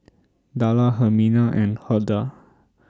Darla Hermina and Huldah